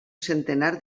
centenar